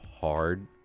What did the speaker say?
hard